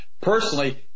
Personally